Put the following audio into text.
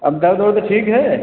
अब दर्द वर्द ठीक है